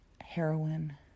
heroin